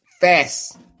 fast